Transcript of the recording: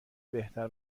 بهتر